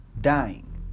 dying